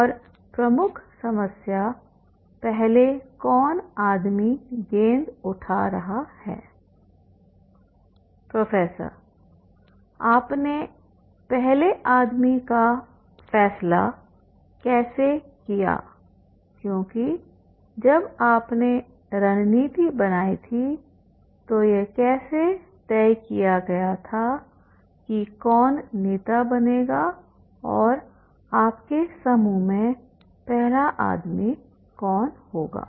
और प्रमुख समस्या पहले कौन आदमी गेंद उठा रहा है प्रोफेसर आपने पहले आदमी का फैसला कैसे किया क्योंकि जब आपने रणनीति बनाई थी तो यह कैसे तय किया गया था कि कौन नेता बनेगा और आपके समूह में पहला आदमी कौन होगा